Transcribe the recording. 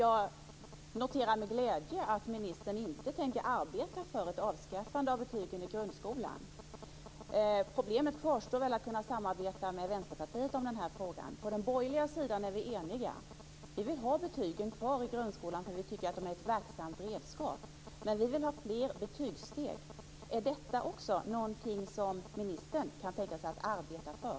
Jag noterar med glädje att ministern inte tänker arbeta för ett avskaffande av betygen i grundskolan, men problemet med att kunna samarbeta med Vänsterpartiet i den här frågan kvarstår. På den borgerliga sidan är vi eniga - vi vill ha betygen kvar i grundskolan för vi tycker att de är ett verksamt redskap. Men vi vill ha fler betygssteg. Är detta någonting som också ministern kan tänka sig att arbeta för?